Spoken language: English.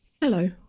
Hello